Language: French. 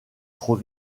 trop